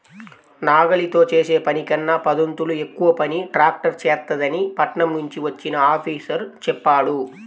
నాగలితో చేసే పనికన్నా పదొంతులు ఎక్కువ పని ట్రాక్టర్ చేత్తదని పట్నం నుంచి వచ్చిన ఆఫీసరు చెప్పాడు